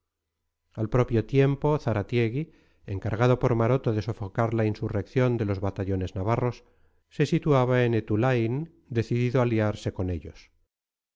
al propio tiempo zaratiegui encargado por maroto de sofocar la insurrección de los batallones navarros se situaba en etulaín decidido a liarse con ellos